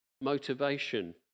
motivation